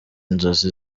inzozi